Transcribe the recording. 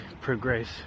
progress